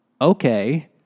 okay